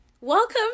Welcome